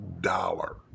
dollar